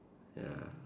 ya